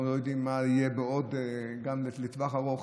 אנחנו לא יודעים מה יהיה גם לטווח ארוך.